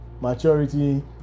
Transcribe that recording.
Maturity